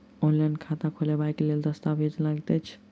Online खाता खोलबय लेल केँ दस्तावेज लागति अछि?